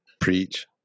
Preach